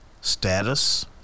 status